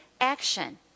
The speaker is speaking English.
action